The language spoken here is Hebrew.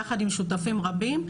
יחד עם שותפים רבים,